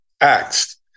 acts